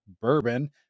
bourbon